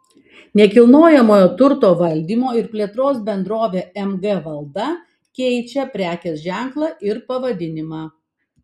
nekilnojamojo turto valdymo ir plėtros bendrovė mg valda keičia prekės ženklą ir pavadinimą